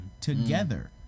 together